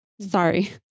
Sorry